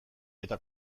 eta